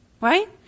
Right